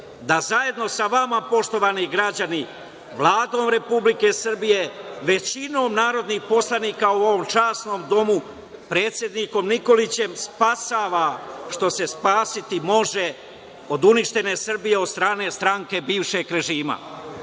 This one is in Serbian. da zajedno sa vama, poštovani građani, Vladom Republike Srbije, većinom narodnih poslanika u ovom časnom Domu, predsednikom Nikolićem spasava što se spasiti može od uništene Srbije od strane stranke bivšeg režima. Kako